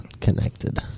connected